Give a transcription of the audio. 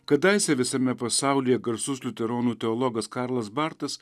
kadaise visame pasaulyje garsus liuteronų teologas karlas bartas